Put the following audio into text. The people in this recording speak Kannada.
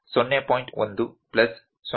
1 ಪ್ಲಸ್ 0